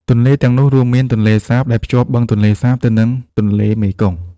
ទន្លេទាំងនោះរួមមាន ទន្លេសាប ដែលភ្ជាប់បឹងទន្លេសាបទៅនឹងទន្លេមេគង្គ។